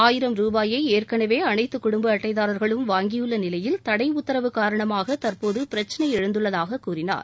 ஆயிரம் ரூபாயை ஏற்களவே அனைத்து குடும்ப அட்டைதாரர்களும் வாங்கியுள்ள நிலையில் தடை உத்தரவு காரணமாக தற்போது பிரச்சினை எழுந்துள்ளதாகக் கூறினார்